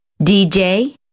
DJ